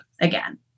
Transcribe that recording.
again